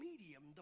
medium